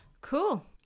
Cool